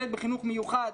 ילד בחינוך מיוחד,